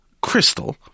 crystal